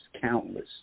Countless